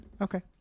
Okay